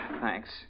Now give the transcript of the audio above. Thanks